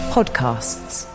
Podcasts